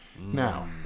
Now